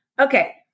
Okay